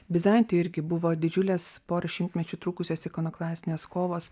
bizantijoj irgi buvo didžiulės porą šimtmečių trukusios ikonoklastinės kovos